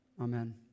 Amen